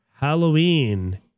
Halloween